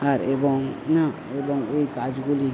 আর এবং এবং ওই কাজগুলি